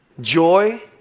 Joy